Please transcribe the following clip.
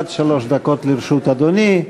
עד שלוש דקות לרשות אדוני,